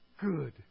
good